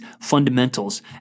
fundamentals